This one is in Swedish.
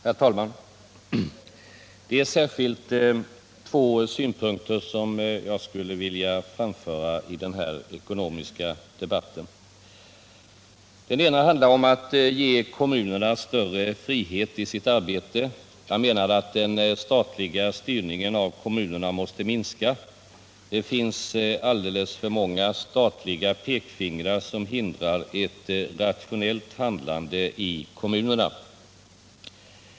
Herr talman! Det är särskilt två synpunkter som jag skulle vilja framföra i den här ekonomiska debatten. Den ena handlar om att ge kommunerna större frihet i deras arbete. Jag menar att den statliga styrningen av kommunerna måste minska. Det finns alldeles för många statliga pekfingrar som hindrar ett rationellt handlande i kommunerna.